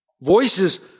Voices